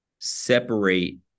separate